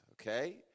okay